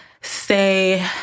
say